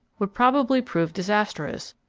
would probably prove disastrous,